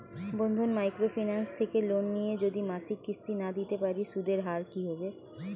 বন্ধন micro finance থেকে loan নিয়ে যদি মাসিক কিস্তি না দিতে পারি সুদের হার কি হবে?